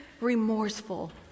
remorseful